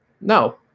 No